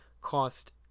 cost